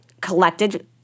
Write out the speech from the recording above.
collected